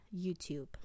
YouTube